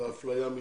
ואפליה ממסדית.